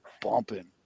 bumping